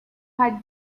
had